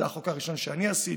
וזה החוק הראשון שאני עשיתי.